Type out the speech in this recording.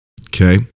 Okay